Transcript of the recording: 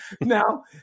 Now